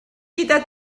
gyda